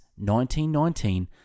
1919